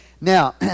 Now